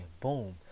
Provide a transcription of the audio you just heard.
boom